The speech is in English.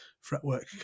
fretwork